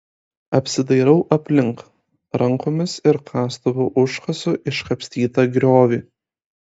apsidairau aplink rankomis ir kastuvu užkasu iškapstytą griovį